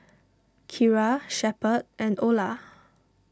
Keira Shepherd and Ola